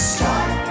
Start